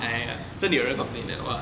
ya ya ya 真的有人 complain leh !wah!